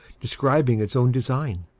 describing its own design.